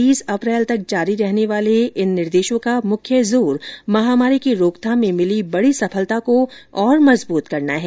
तीस अप्रैल तक जारी रहने वाले इन दिशा निर्देशों का मुख्य जोर महामारी की रोकथाम में मिली बड़ी सफलता को और मजबूत करना है